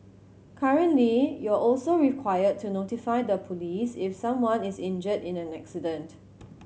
currently you're also required to notify the police if someone is injured in an accident